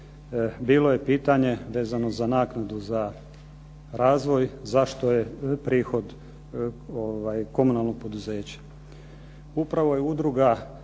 bilo je pitanje vezano za naknadu za razvoj zašto je prihod komunalnog poduzeća. Upravo je udruga